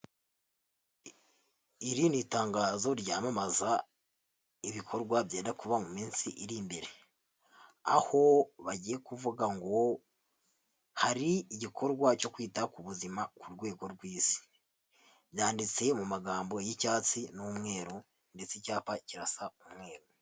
Iri ni itangazo ryamamaza ibikorwa byenda kuba mu minsi iri imbere, aho bagiye kuvuga ngo hari igikorwa cyo kwita ku buzima ku rwego rw'isi, byanditse mu magambo y'icyatsi n'umweru, ndetse icyapa kirasa umweru.